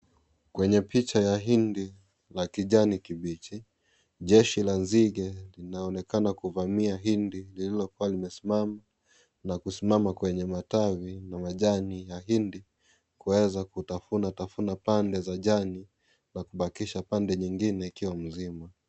Kwenye picha ya hindi la kijani kibichi, jeshi la nzige linaonekana kuvamia hindi lililokuwa limesimama, na kusimama kwenye matawi na majani ya hindi kuweza kutafuna tafuna pande za jani na kubakisha pande nyingine ikiwa mzima.